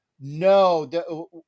No